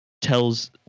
tells